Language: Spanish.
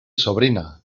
sobrina